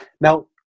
Now